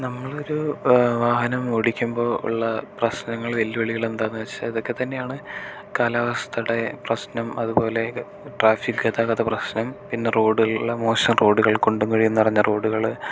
നമ്മളൊരു വാഹനം ഓടിക്കുമ്പോൾ ഉള്ള പ്രശ്നങ്ങൾ വെല്ലുവിളികൾ എന്താണെന്ന് വെച്ചാൽ ഇതൊക്കെത്തന്നെയാണ് കാലാവസ്ഥയുടെ പ്രശ്നം അതുപോലെ ട്രാഫിക് ഗതാഗത പ്രശ്നം പിന്നെ റോഡിലുള്ള മോശം റോഡുകൾ കുണ്ടും കുഴിയും നിറഞ്ഞ റോഡുകൾ